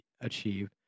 achieve